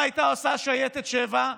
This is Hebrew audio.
מה הייתה עושה שייטת 7,